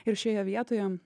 ir šioje vietoje